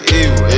evil